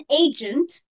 agent